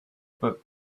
book